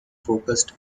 focused